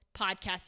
podcast